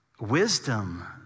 Wisdom